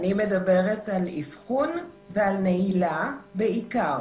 אני מדברת על אבחון ועל נעילה בעיקר.